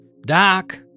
Doc